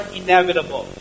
inevitable